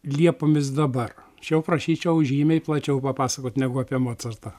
liepomis dabar čia jau prašyčiau žymiai plačiau papasakot negu apie mocartą